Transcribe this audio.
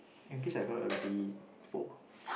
English I got a B four